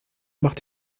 macht